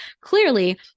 clearly